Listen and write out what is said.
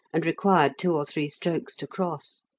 and required two or three strokes to cross.